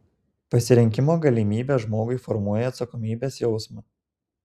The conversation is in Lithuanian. pasirinkimo galimybė žmogui formuoja atsakomybės jausmą